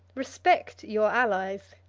respect your allies,